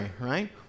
Right